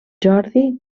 jordi